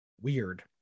weird